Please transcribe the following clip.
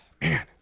man